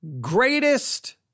greatest